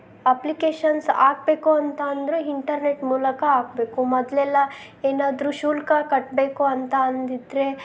applications ಹಾಕ್ಬೇಕು ಅಂತ ಅಂದರೆ ಇಂಟರ್ನೆಟ್ ಮೂಲಕ ಹಾಕ್ಬೇಕು ಮೊದಲೆಲ್ಲ ಏನಾದ್ರೂ ಶುಲ್ಕ ಕಟ್ಟಬೇಕು ಅಂತ ಅಂದಿದ್ದರೆ